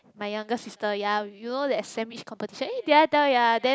my younger sister ya you know that sandwich competition eh did I tell you ya then